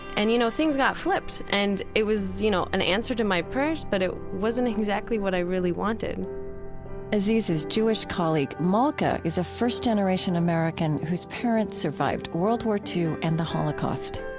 and you know, things got flipped and it was, you know, an answer to my prayers, but it wasn't exactly what i really wanted aziza's jewish colleague, malka, is a first-generation american whose parents survived world war ii and the holocaust